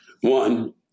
One